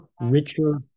richer